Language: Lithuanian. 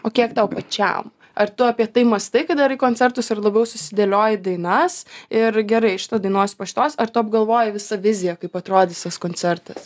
o kiek tau pačiam ar tu apie tai mąstai kai darai koncertus ar labiau susidėlioji dainas ir gerai šitą dainuosiu po šitos ar tu apgalvoji visą viziją kaip atrodys tas koncertas